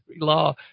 law